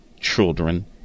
children